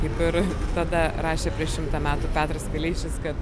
ir tada rašė prieš šimtą metų petras vileišis kad